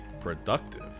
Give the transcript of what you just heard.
productive